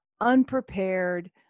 unprepared